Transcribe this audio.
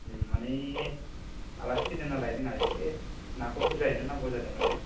माने आलासि फैदो नालाय जोंहा इसे नाखौ बुरजायैनो नांगौ जादो माने